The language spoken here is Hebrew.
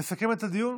יסכם את הדיון